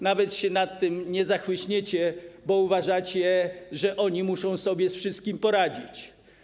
Nawet się nad tym nie pochylicie, bo uważacie, że to oni muszą sobie ze wszystkim poradzić.